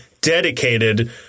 dedicated